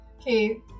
Okay